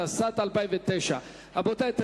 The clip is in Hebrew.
התשס"ט 2009. רבותי,